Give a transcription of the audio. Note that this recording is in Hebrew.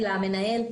למנהל,